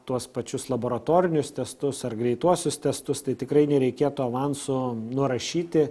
tuos pačius laboratorinius testus ar greituosius testus tai tikrai nereikėtų avansu nurašyti